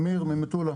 אני אמיר ממטולה.